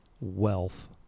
wealth